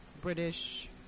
British